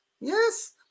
yes